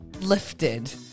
lifted